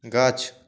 গাছ